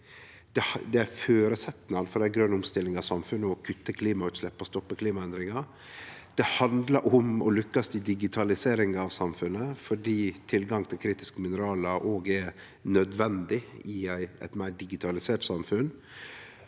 Det er ein føresetnad for ei grøn omstilling av samfunnet å kutte klimautsleppa og stoppe klimaendringar. Det handlar om å lukkast i digitaliseringa av samfunnet, for tilgang på kritiske mineral er òg nødvendig i eit meir digitalisert samfunn.